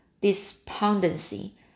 despondency